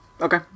Okay